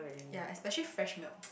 ya especially fresh milk